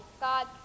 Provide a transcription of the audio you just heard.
God